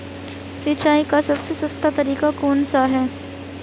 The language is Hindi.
सिंचाई का सबसे सस्ता तरीका कौन सा है?